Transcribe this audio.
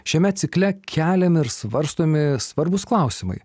šiame cikle keliam ir svarstomi svarbūs klausimai